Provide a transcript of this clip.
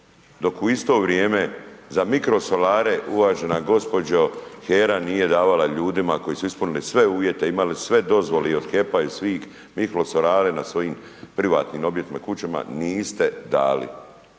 Dok u isto vrijeme, za mirkosolare, uvažena gospođo, HERA nije davala ljudima, koji su ispunili sve uvjete, imale su sve dozvole i od HEP-a i svih, mikrosolare na svojim privatnim objektima, kućama, niste dali.